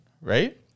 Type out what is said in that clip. right